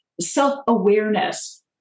self-awareness